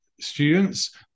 students